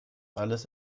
alles